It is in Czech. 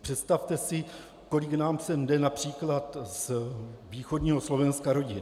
Představte si, kolik nám sem jde například z východního Slovenska rodin.